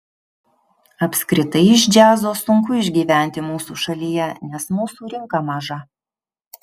apskritai iš džiazo sunku išgyventi mūsų šalyje nes mūsų rinka maža